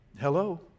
Hello